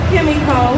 Kimiko